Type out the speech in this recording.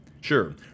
Sure